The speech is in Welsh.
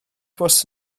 bws